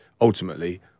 ultimately